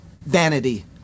vanity